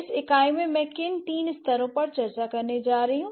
इस इकाई में मैं किन तीन स्तरों पर चर्चा करने जा रही हूँ